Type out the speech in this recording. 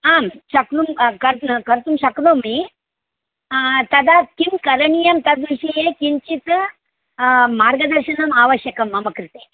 आं शक्नुमः कर् कर्तुं शक्नोमि तदा किं करणीयं तद्विषये किञ्चित् मार्गदर्शनम् आवश्यकम् मम कृते